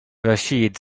rachid